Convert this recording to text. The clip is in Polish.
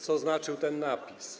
Co znaczy ten napis?